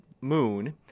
moon